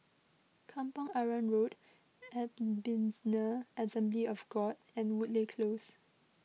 Kampong Arang Road Ebenezer Assembly of God and Woodleigh Close